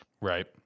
Right